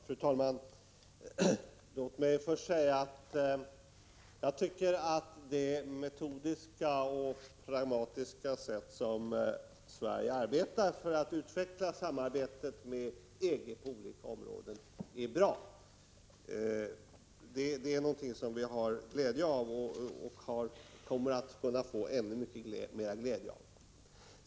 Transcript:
Fru talman! Låt mig först säga att jag tycker att det metodiska och pragmatiska sätt som Sverige arbetar på för att utveckla samarbetet med EG på olika områden är bra. Det är någonting som vi har glädje av och kommer att kunna ha ännu mera glädje av.